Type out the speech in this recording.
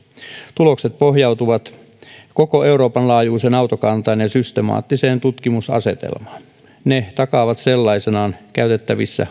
tulokset pohjautuvat koko euroopan laajuiseen autokantaan ja systemaattiseen tutkimusasetelmaan ne takaavat sellaisinaan käytettävissä